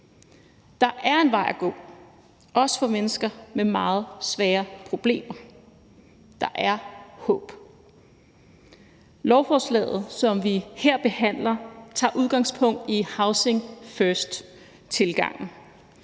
Der er en vej at gå, også for mennesker med meget svære problemer. Der er håb. Lovforslaget, som vi her behandler, tager udgangspunkt i housing first-tilgangen.